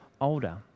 older